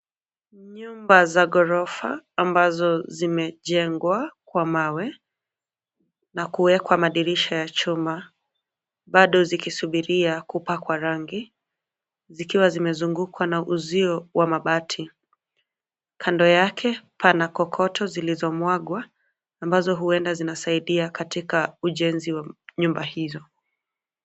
Nyumba za gorofa ambazo zimejengwa kwa mawe na kuwekwa madirisha ya chuma bado zikisubiria kupakwa rangi zikiwa zimezungukwa na uzio wa mabati kando yake pana kokoto zilizomwagwa ambazo huenda zinasaidia katika ujenzi wa nyumba hizo.